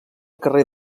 carrer